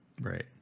right